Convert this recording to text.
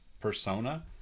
persona